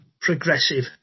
progressive